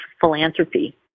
philanthropy